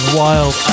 wild